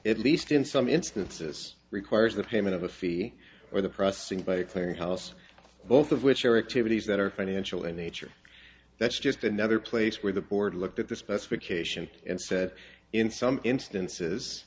at least in some instances requires the payment of a fee or the processing by a clearing house both of which are active these that are financial in nature that's just another place where the board looked at the specification and said in some instances